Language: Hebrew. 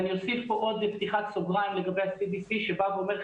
אני אוסיף פה עוד בפתיחת סוגריים לגבי ה-CDC שבא ואומר,